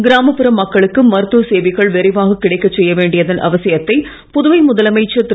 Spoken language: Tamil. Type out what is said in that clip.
கிராமப்புற மக்களுக்கு மருத்துவ சேவைகள் விரைவாக கிடைக்கச் செய்ய வேண்டியதன் அவசியத்தை புதுவை முதலமைச்சர் திரு